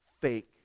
fake